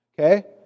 Okay